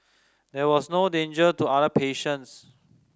there was no danger to other patients